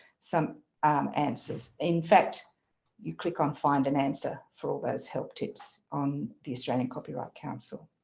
some answers. in fact you click on find an answer for all those help tips on the australian copyright council.